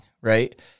right